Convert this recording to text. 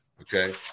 Okay